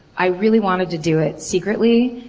i really wanted to do it secretly,